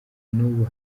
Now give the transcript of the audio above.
n’ubu